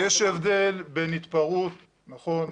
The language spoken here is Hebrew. נכון,